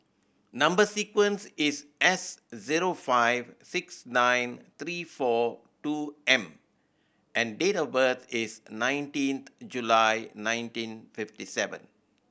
number sequence is S zero five six nine three four two M and date of birth is nineteenth July nineteen fifty seven